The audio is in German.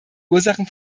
ursachen